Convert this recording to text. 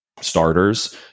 starters